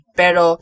pero